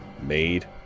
made